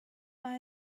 mae